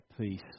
peace